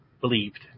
believed